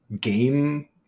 game